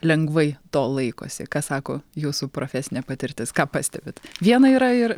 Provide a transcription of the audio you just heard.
lengvai to laikosi ką sako jūsų profesinė patirtis ką pastebit vieną yra ir